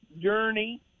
Journey